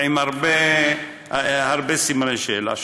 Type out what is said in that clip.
ועם הרבה סימני שאלה,